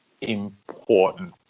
important